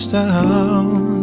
down